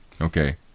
okay